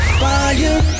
fire